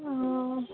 অঁ